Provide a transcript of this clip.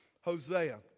Hosea